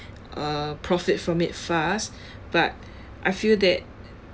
uh profit from it fast but I feel that